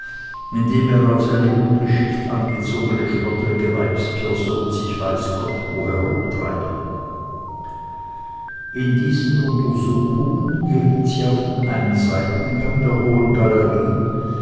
indem er als eine ungeschickt angezogene schlottrige weibsperson sich weiß gott wo herumtreibe in diesen untersuchungen geriet sie auf einen seitengang der hohen galerie